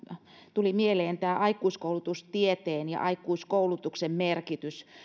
tuli mieleen tämä aikuiskoulutustieteen ja aikuiskoulutuksen merkitys